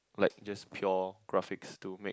like just pure graphics to make